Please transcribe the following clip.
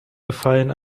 gefallen